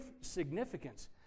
significance